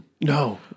No